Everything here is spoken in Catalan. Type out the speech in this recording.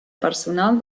personal